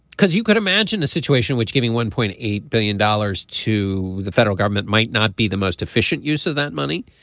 because you could imagine a situation which giving one point eight billion dollars to the federal government might not be the most efficient use of that money.